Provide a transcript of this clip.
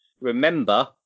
remember